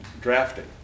drafting